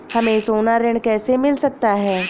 हमें सोना ऋण कैसे मिल सकता है?